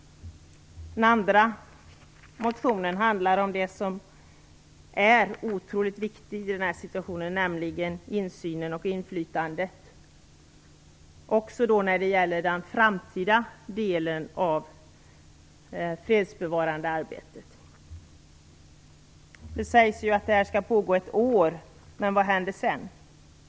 Den andra reservationen handlar om så otroligt viktiga saker i den här situationen som insyn och inflytande, också när det gäller den framtida delen av det fredsbevarande arbetet. Det sägs att detta skall pågå i ett år. Men vad händer sedan?